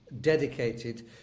dedicated